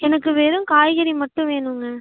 எனக்கு வெறும் காய்கறி மட்டும் வேணுங்க